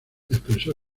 expresó